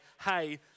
hey